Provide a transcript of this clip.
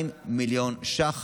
אדוני היושב-ראש,